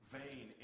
vain